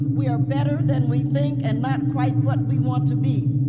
we are better than we think and not quite what we want to be.